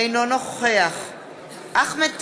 אינו נוכח אחמד טיבי,